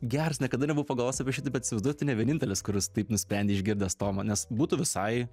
gers niekada nebuvau pagalvojęs apie šitai bet įsivaizduoju tu ne vienintelis kuris taip nusprendė išgirdęs tomą nes būtų visai